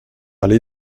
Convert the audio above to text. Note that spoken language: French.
allée